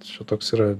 čia toks yra